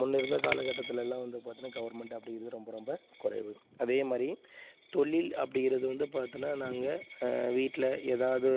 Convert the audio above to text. முன்னே இருந்த காலக்கட்டத்துலலாம் வந்து பார்த்தீன்னா கவர்மெண்ட் அப்படிங்கிறது ரொம்ப ரொம்ப குறைவு அதே மாதிரி தொழில் அப்படிங்கிறது வந்து பார்த்தீன்னா நாங்கள் வீட்டில் ஏதாவது